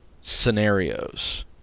scenarios